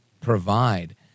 provide